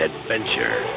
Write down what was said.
Adventure